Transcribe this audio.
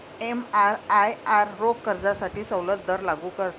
एमआरआयआर रोख कर्जासाठी सवलत दर लागू करते